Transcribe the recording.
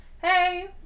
Hey